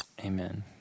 Amen